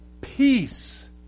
peace